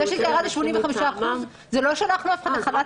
זה שקרה ל-80% זה לא שאנחנו יצאנו לחל"ת,